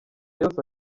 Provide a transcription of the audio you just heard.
yose